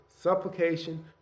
supplication